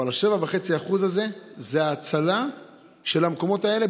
אבל ה-7.5% האלה זה הצלה של המקומות האלה,